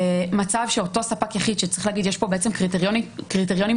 ומצב שאותו ספק יחיד שצריך להגיד יש פה בעצם קריטריונים אובייקטיביים.